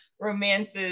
romances